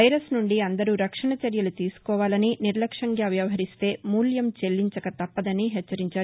virus నుండి అందరూ రక్షణ చర్యలు తీసుకోవాలని నిర్లక్ష్యంగా వ్యవహరిస్తే మూల్యం చెల్లించక తప్పదని హెచ్చరించారు